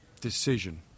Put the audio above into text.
decision